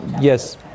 yes